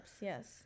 yes